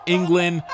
England